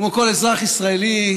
כמו כל אזרח ישראלי,